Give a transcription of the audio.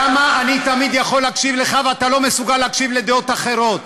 למה אני תמיד יכול להקשיב לך ואתה לא מסוגל להקשיב לדעות אחרות?